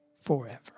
forever